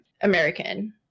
American